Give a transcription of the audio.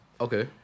Okay